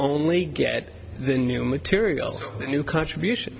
only get the new material so new contribution